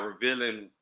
revealing